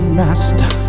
master